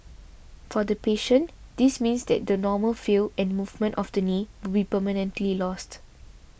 for the patient this means that the normal feel and movement of the knee will permanently lost